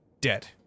dead